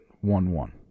one-one